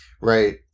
Right